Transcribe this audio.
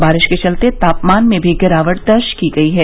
बारिश के चलते तापमान में भी गिरावट दर्ज की गई है